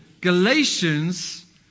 Galatians